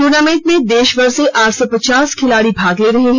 tournament में देशभर से आठ सौ पचास खिलाड़ी भाग ले रहे हैं